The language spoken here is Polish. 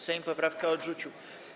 Sejm poprawkę odrzucił.